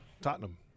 Tottenham